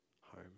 home